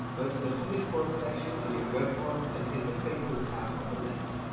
go to the publish form section on your web form and hit the facebook tab on the left